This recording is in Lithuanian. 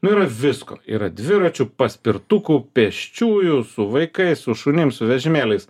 nu yra visko yra dviračių paspirtukų pėsčiųjų su vaikais su šunim su vežimėliais